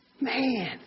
man